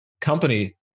company